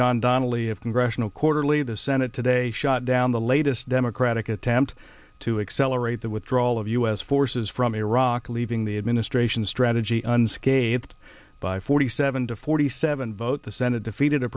john donnelly of congressional quarterly the senate today shot down the latest democratic attempt to accelerate the withdrawal of u s forces from iraq leaving the administration strategy unscathed by forty seven to forty seven vote the senate defeated a